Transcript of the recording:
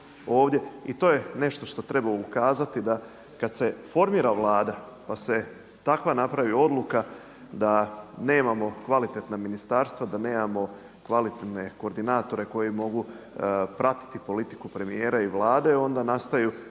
i to je nešto što treba ukazati, da kad se formira Vlada pa se takva napravi odluka, da nemamo kvalitetna ministarstva, da nemamo kvalitetne koordinatore koji mogu pratiti politiku premijera i Vlade onda nastaju